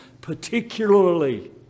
Particularly